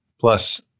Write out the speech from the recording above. plus